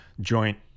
Joint